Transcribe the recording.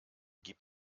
gib